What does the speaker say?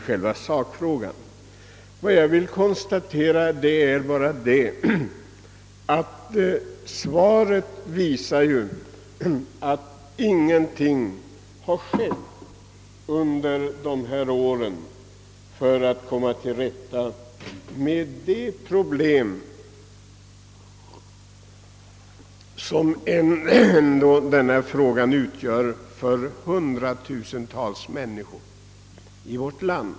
Svaret visar emellertid att ingenting gjorts under de gångna åren för att komma till rätta med ifrågavarande problem, som ändå gäller hundratusentals människor i vårt land.